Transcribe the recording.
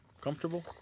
Comfortable